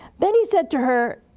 then he said to her,